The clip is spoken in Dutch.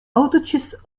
autootjes